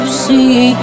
see